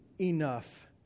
enough